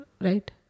right